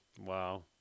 Wow